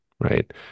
right